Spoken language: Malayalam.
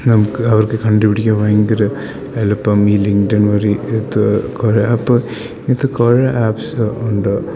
നമുക്ക് അവർക്ക് കണ്ടു പിടിക്കാൻ ഭയങ്കര എളുപ്പം ഈ ലിങ്ക്ഡ് ഇൻ വഴി ഇത് കുറേ ആപ്പ് ഇത് കുറേ ആപ്സ് ഉണ്ട്